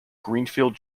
greenfield